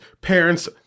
parents